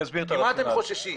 ממה אתם חוששים?